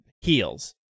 heals